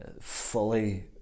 fully